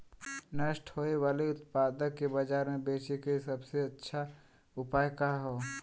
नष्ट होवे वाले उतपाद के बाजार में बेचे क सबसे अच्छा उपाय का हो?